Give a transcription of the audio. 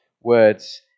words